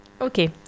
Okay